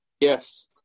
Yes